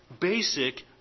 basic